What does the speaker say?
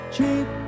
Cheap